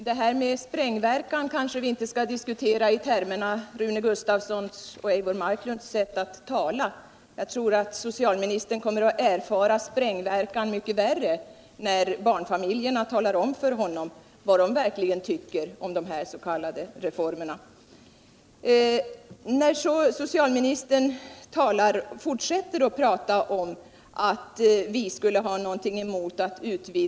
Herr talman! Det var inte precis någonting nytt som kom fram i Rune Gustavssons senaste anförande. Han talade om för mig att alla i och med genomförandet av det här förslaget får rätt till ledighet. Det har vi ju förstått — det var ju därför vi aceepterade propositionen. Sedan sade han att om socialdemokraterna hade suttit vid makten, hade det här förslaget inte legat på riksdagens bord i dag. Nej, det hade det säkert inte gjort — inte i den här utformningen. Då hade det lagts fram ett annat och bättre förslag att ta ställning till, ett förslag där ledigheten hade varit förenad med bestämmelser om att man också skall tå ekonomisk kompensation för den ledighet man är berättigad till.